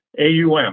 AUM